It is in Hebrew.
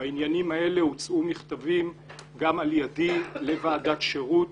בעניינים האלה הוצאו מכתבים גם על ידי לוועדת שירות